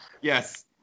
Yes